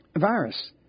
Virus